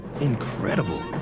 incredible